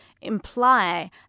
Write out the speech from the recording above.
imply